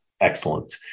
Excellent